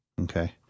Okay